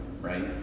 right